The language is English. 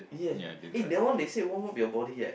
yes eh that one they say warm up your body leh yes